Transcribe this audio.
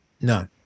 No